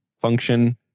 function